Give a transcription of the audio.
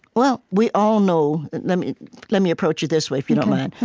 well, we all know let me let me approach it this way, if you don't mind.